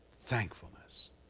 Thankfulness